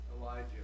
Elijah